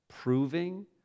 proving